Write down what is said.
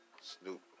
Snoop